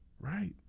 Right